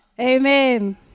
Amen